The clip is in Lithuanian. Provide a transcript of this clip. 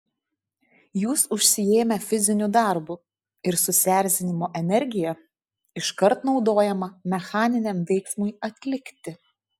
jūs užsiėmę fiziniu darbu ir susierzinimo energija iškart naudojama mechaniniam veiksmui atlikti